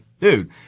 Dude